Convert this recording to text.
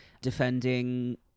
defending